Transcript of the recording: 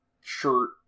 shirt